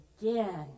again